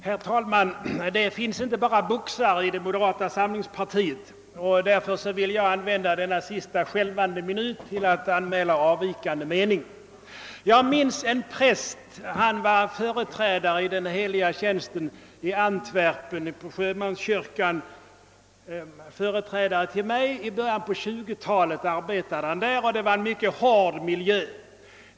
Herr talman! Det finns inte bara boxare i moderata samlingspartiet. Därför vill jag använda denna debattens sista skälvande minut till att anmäla annan mening. Jag minns en präst som var min företrädare i den heliga tjänsten vid sjömanskyrkan i Antwerpen. Han arbetade där i början av 1920-talet. Det var en mycket hård miljö.